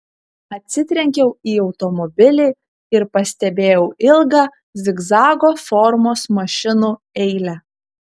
atsitrenkiau į automobilį ir pastebėjau ilgą zigzago formos mašinų eilę